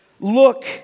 look